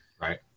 right